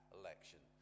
election